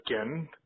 again